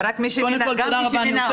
וגם מי שמינה אותו.